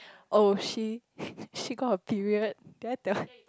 oh she she got her period did I tell